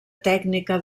tècnica